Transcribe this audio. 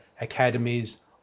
academies